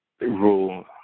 rule